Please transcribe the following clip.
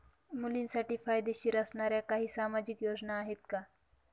मुलींसाठी फायदेशीर असणाऱ्या काही सामाजिक योजना आहेत का?